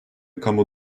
kamu